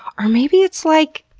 or maybe it's like,